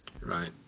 right